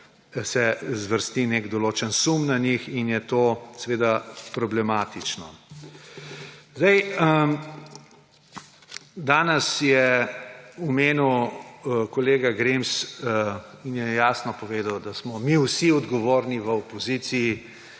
pa zvrsti nek določen sum na njih in je to seveda problematično. Danes je omenil kolega Grims in je jasno povedal, da smo mi vsi odgovorni v opoziciji